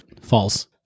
False